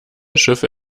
schiffe